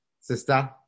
sister